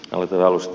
aloitetaan alusta